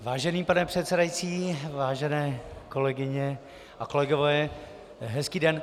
Vážený pane předsedající, vážené kolegyně a kolegové, hezký den.